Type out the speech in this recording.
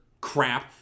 crap